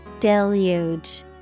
Deluge